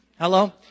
Hello